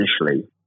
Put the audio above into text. initially